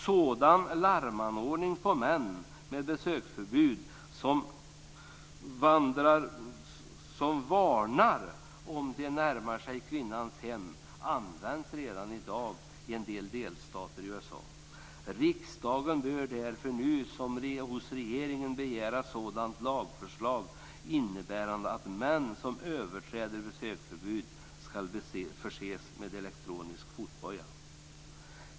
Sådana larmanordningar på män med besöksförbud som varnar om de närmar sig kvinnornas hem används redan i dag i en del delstater i USA. Riksdagen bör därför nu hos regeringen begära ett lagförslag innebärande att män som överträder besöksförbud ska förses med elektronisk fotboja.